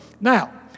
Now